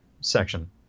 section